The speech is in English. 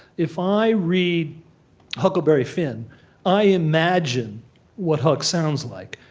if i read huckleberry finn i imagine what huck sounds like.